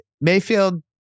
Mayfield